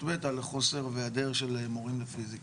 ב' על חוסר והעדר של מורים לפיזיקה.